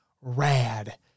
rad